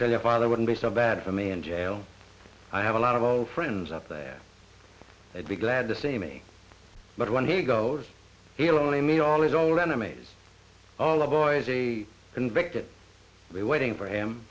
tell your father wouldn't be so bad for me in jail i have a lot of old friends up there they'd be glad to see me but when he goes he'll only meet all these old enemies all the boys be convicted we're waiting for him